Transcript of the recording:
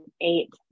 eight